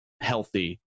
healthy